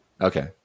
Okay